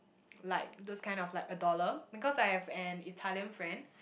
like those kind of like a dollar because I have an Italian friend